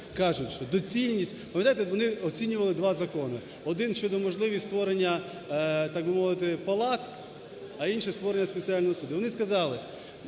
кажуть, що доцільність… Пам'ятаєте, от вони оцінювали два закони: один – щодо можливості створення так би мовити палат, а інший – створення спеціального суду. Вони сказали: